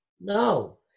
no